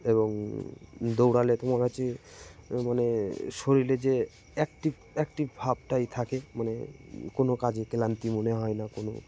এবং দৌড়ালে তোমার হচ্ছে মানে শরীরে যে অ্যাক্টিভ অ্যাক্টিভ ভাবটা ই থাকে মানে কোনো কাজে ক্লান্তি মনে হয় না কোনো